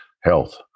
health